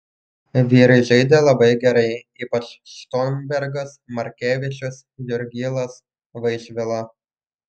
vyrai žaidė labai gerai ypač štombergas markevičius jurgilas vaišvila